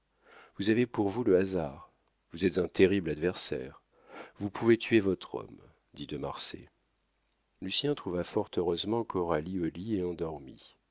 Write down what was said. vous avez pour vous le hasard vous êtes un terrible adversaire vous pouvez tuer votre homme dit de marsay lucien trouva fort heureusement coralie au lit et endormie